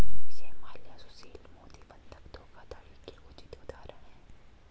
विजय माल्या सुशील मोदी बंधक धोखाधड़ी के उचित उदाहरण है